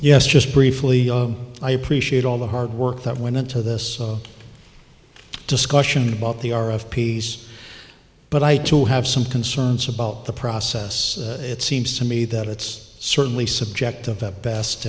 yes just briefly i appreciate all the hard work that went into this discussion about the hour of peace but i too have some concerns about the process it seems to me that it's certainly subject of the best